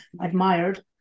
admired